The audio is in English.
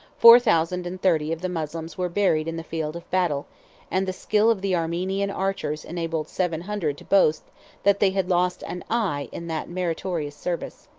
four thousand and thirty of the moslems were buried in the field of battle and the skill of the armenian archers enabled seven hundred to boast that they had lost an eye in that meritorious service.